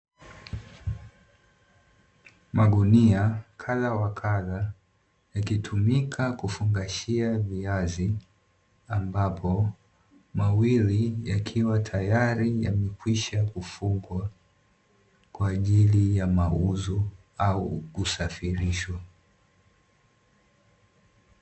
Magunia kadha wa kadha yakitumika kufungashia viazi ambapo, mawili yakiwa tayari yamekwisha kufungwa kwa ajili ya mauzo au kusafirishwa.